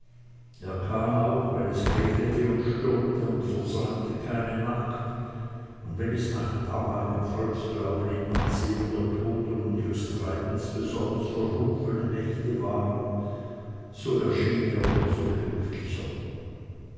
er kam auch wenn es regnete und stürmte und versäumte keine nacht und wenn es nach damaligem volksglauben in ansehung der toten und ihres treibens besonders verrufene nächte waren so erschien er um so pünktlicher